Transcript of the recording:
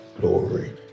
glory